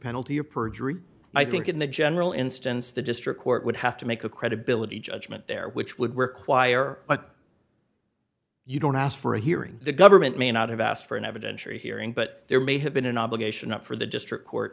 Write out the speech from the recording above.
penalty of perjury i think in the general instance the district court would have to make a credibility judgment there which would require a you don't ask for a hearing the government may not have asked for an evidentiary hearing but there may have been an obligation not for the district court